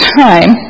time